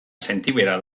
sentibera